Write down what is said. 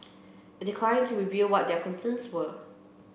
it declined to reveal what their concerns were